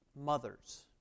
mothers